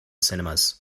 cinemas